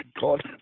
God